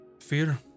fear